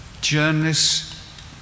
journalists